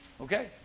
Okay